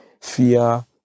fear